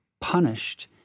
punished